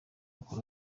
close